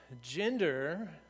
gender